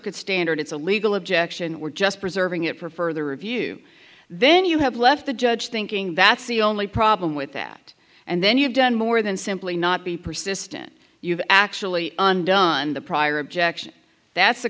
circuit standard it's a legal objection we're just preserving it for further review then you have left the judge thinking that's the only problem with that and then you've done more than simply not be persistent you've actually done the prior objection that's